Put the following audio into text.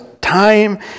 time